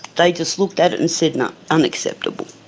they just looked at it and said no, unacceptable.